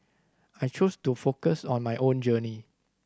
I choose to focus on my own journey